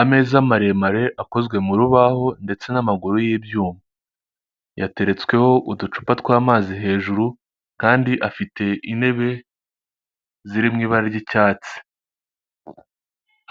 Ameza maremare akozwe mu rubaho ndetse n'amaguru y'ibyuma yateretsweho uducupa twa'amazi hejuru kandi afite intebe ziri mu ibara ry'icyatsi,